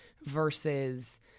versus